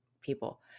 people